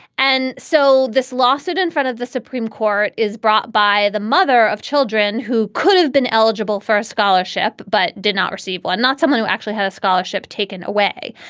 and so this lawsuit in front of the supreme court is brought by the mother of children who could have been eligible for a scholarship but did not receive. why and not someone who actually had a scholarship taken away?